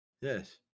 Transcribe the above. Yes